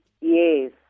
Yes